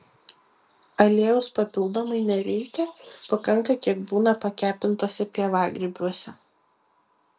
aliejaus papildomai nereikia pakanka kiek būna pakepintuose pievagrybiuose